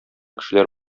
кешеләр